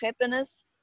happiness